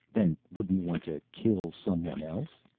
then wouldn't you want to kill someone else?